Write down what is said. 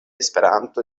esperanto